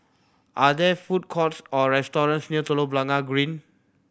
are there food courts or restaurants near Telok Blangah Green